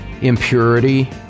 impurity